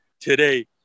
today